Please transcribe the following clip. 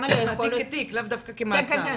התיק כתיק, לאו דווקא כמעצר.